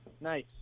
Nice